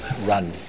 run